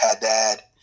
Haddad